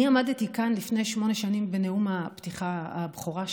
אני עמדתי כאן לפני שמונה שנים, בנאום הבכורה שלי,